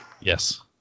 Yes